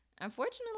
unfortunately